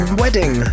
wedding